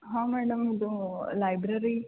ಹಾಂ ಮೇಡಮ್ ಇದು ಲೈಬ್ರರಿ